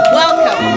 welcome